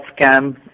scam